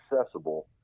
accessible